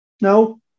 no